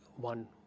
one